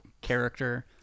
character